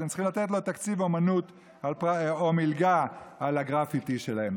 אתם צריכים לתת לו תקציב אומנות או מלגה על הגרפיטי שלהם.